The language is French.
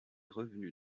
revenus